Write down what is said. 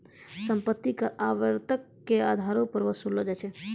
सम्पति कर आवर्तक के अधारो पे वसूललो जाय छै